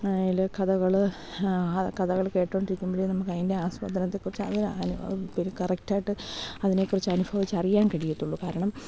അതിൽ കഥകൾ കഥകൾ കേട്ടോണ്ടിരിക്കുമ്പഴേ നമുക്ക് അതിൻ്റെ ആസ്വാദനത്തെക്കുറിച്ചു അതിന് പിന്നെ കറക്റ്റായിട്ട് അതിനെക്കുറിച്ചു അനുഭവിച്ചു അറിയാൻ കഴിയത്തുള്ളു കാരണം